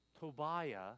Tobiah